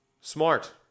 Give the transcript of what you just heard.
Smart